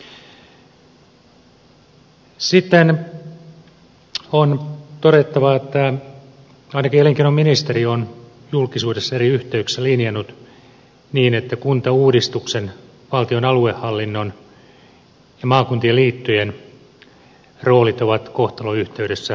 sitten on todettava että ainakin elinkeinoministeri on julkisuudessa eri yhteyksissä linjannut niin että kuntauudistuksen valtion aluehallinnon ja maakuntien liittojen roolit ovat kohtalonyhteydessä toisiinsa